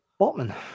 Botman